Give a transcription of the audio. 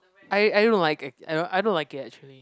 I I don't like it I I don't like it actually